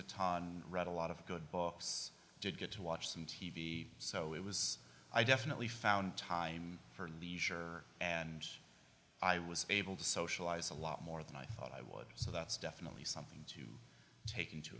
a ton read a lot of good books did get to watch some t v so it was i definitely found time for leisure and i was able to socialise a lot more than i thought i would so that's definitely something to take into